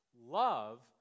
love